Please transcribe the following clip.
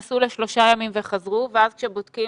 הם נסעו לשלושה ימים וחזרו, ואז כשבודקים